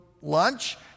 lunch